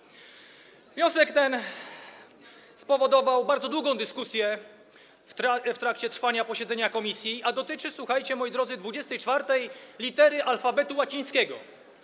Wniosek ten spowodował bardzo długą dyskusję w trakcie trwania posiedzenia komisji, a dotyczy, słuchajcie, moi drodzy, 24. litery alfabetu łacińskiego.